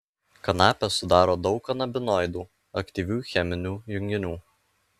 kanapę sudaro daug kanabinoidų aktyvių cheminių junginių